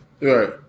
Right